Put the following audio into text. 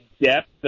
depth